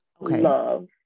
Love